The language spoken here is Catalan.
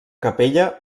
capella